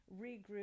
Regroup